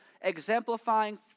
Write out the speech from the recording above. exemplifying